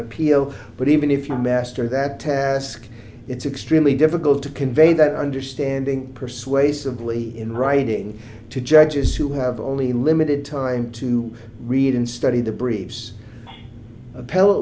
appeal but even if you master that task it's extremely difficult to convey that understanding persuasively in writing to judges who have only limited time to read and study the briefs appell